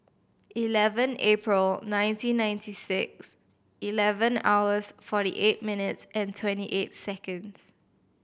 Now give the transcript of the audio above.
eleven April nineteen ninety six eleven hours forty eight minutes and twenty eight seconds